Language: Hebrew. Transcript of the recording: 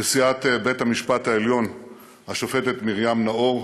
נשיאת בית-המשפט העליון השופטת מרים נאור,